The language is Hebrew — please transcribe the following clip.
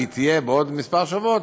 והיא תהיה בעוד כמה שבועות,